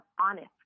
honest